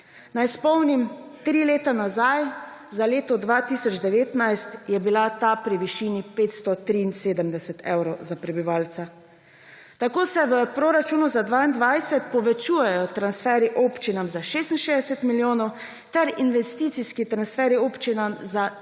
Naj spomnim, tri leta nazaj, za leto 2019, je bila ta pri višini 573 evrov za prebivalca. Tako se v proračunu za 2022 povečujejo transferji občinam za 66 milijonov ter investicijski transferji občinam za 93 milijonov